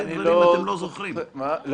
אני לא זוכר,